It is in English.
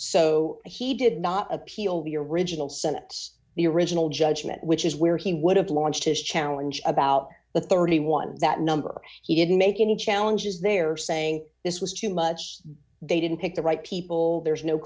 so he did not appeal the original senate the original judgment which is where he would have launched his challenge about the thirty one that number he didn't make any challenges there saying this was too much they didn't pick the right people there's no